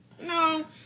no